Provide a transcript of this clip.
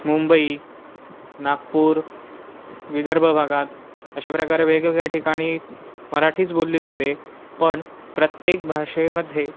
मुंबई नागपूर विदर्भ भागात अशा प्रकारे वेगवेगळ्या ठिकाणी मराठीच बोलली जाते पण प्रत्येक भाषेमध्ये